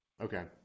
Okay